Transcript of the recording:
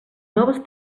noves